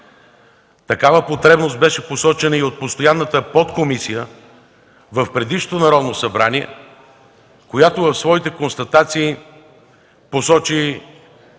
Такава потребност беше посочена и от постоянната подкомисия в предишното Народно събрание, която в своите констатации посочи